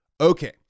okay